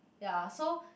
ya so